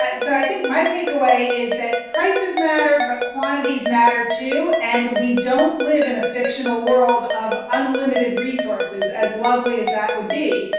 so i think my takeaway is that prices matter, but quantities matter too. and we don't live in a fictional world of unlimited resources, as lovely as that would be.